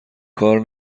کار